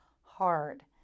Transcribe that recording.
hard